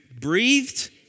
breathed